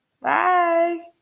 Bye